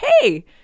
hey